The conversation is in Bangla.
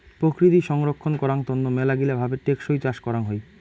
প্রকৃতি সংরক্ষণ করাং তন্ন মেলাগিলা ভাবে টেকসই চাষ করাং হই